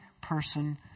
person